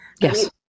Yes